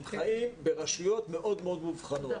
הם חיים ברשויות מאוד מובחנות.